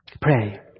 Pray